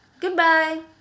Goodbye